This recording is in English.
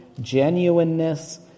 genuineness